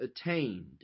attained